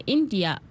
India